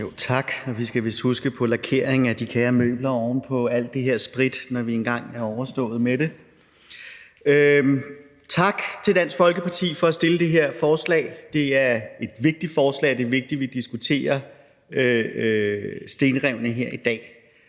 Tak, og vi skal vist huske på en lakering af de kære møbler oven på alt det her sprit, når vi engang har overstået det. Tak til Dansk Folkeparti for at fremsætte det her forslag. Det er et vigtigt forslag, og det er vigtigt, at vi diskuterer stenrevene her i dag.